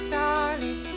Charlie